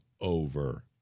over